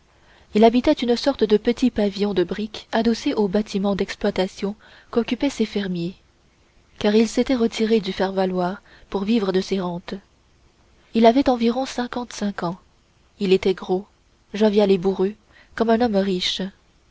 il habitait une sorte de petit pavillon de briques adossé aux bâtiments d'exploitation qu'occupaient ses fermiers car il s'était retiré du faire valoir pour vivre de ses rentes il avait environ cinquante-cinq ans il était gros jovial et bourru comme un homme riche